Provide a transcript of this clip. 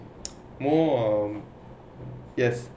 more yes